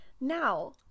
Now